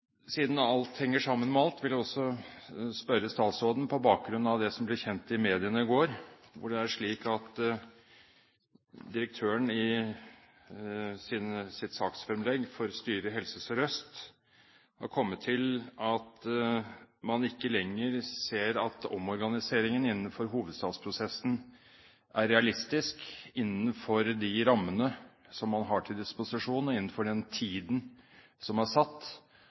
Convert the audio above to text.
Siden alt henger sammen med alt, har jeg et spørsmål til statsråden på bakgrunn av det som ble kjent i mediene i går, at det er slik at direktøren i sitt saksfremlegg for styret i Helse Sør-Øst har kommet til at man ikke lenger ser at omorganiseringen innenfor hovedstadsprosessen er realistisk innenfor de rammene som man har til disposisjon, innenfor den tiden som er satt,